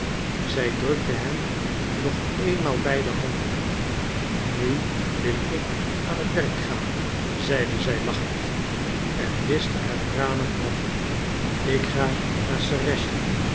zij drukte hem nog eenmaal beide handen nu wil ik aan het werk gaan zeide zij lachend en wischte haar tranen af ik ga naar